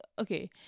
okay